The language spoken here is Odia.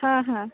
ହଁ ହଁ